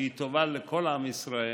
שהיא טובה לכל עם ישראל,